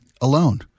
alone